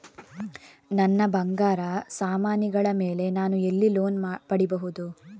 ನನ್ನ ಬಂಗಾರ ಸಾಮಾನಿಗಳ ಮೇಲೆ ನಾನು ಎಲ್ಲಿ ಲೋನ್ ಪಡಿಬಹುದು?